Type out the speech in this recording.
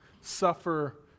suffer